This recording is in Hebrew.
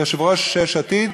יושב-ראש יש עתיד: